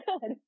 good